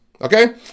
Okay